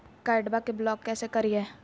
कार्डबा के ब्लॉक कैसे करिए?